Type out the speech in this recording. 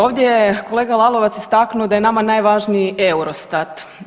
Ovdje je kolega Lalovac istaknuo da je nama najvažniji Eurostat.